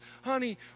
honey